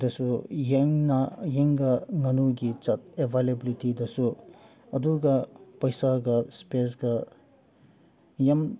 ꯗꯁꯨ ꯌꯦꯟꯒ ꯉꯥꯅꯨꯒꯤ ꯖꯥꯠ ꯑꯦꯚꯥꯏꯂꯦꯕꯦꯂꯤꯇꯤꯗꯁꯨ ꯑꯗꯨꯒ ꯄꯩꯁꯥꯒ ꯁ꯭ꯄꯦꯁꯀ ꯌꯥꯝ